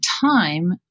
time